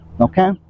okay